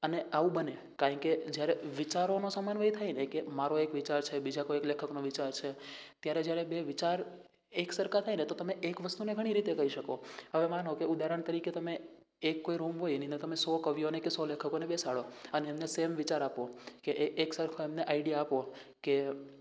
અને આવું બને કારણ કે જ્યારે વિચારોનો સમન્વય થાય ને કે મારો એક વિચાર છે બીજા કોઈક લેખકનો વિચાર છે ત્યારે જ્યારે બે વિચાર એક સરખા થાય ને તો તમે એક વસ્તુને ઘણી રીતે કહી શકો હવે માનો કે ઉદાહરણ તરીકે તમે એક કોઈ રૂમ હોય એની અંદર તમે સો કવિઓને કે સો લેખકોને બેસાડો અને એમને સેઈમ વિચાર આપો કે એક સરખો એમને આઇડિયા આપો કે